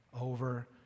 over